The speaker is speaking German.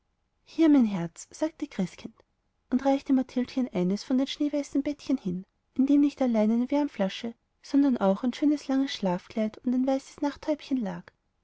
hier mein herz sagte christkind und reichte mathildchen eines von den schneeweißen bettchen hin in dem nicht allein eine wärmflasche sondern auch ein schönes langes schlafkleid und ein weißes nachthäubchen lag